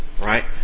right